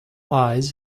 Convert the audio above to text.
eyes